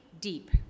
deep